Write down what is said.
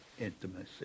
intimacy